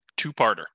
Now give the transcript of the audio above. two-parter